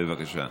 בבקשה.